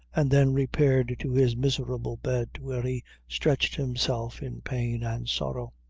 and then repaired to his miserable bed, where he stretched himself in pain and sorrow.